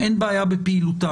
אין בעיה בפעילותן.